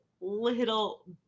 little